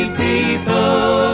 people